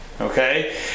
okay